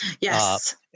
yes